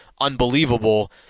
unbelievable